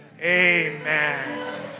Amen